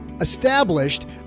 established